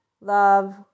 love